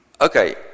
Okay